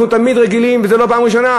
אנחנו תמיד רגילים, וזו לא פעם ראשונה,